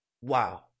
Wow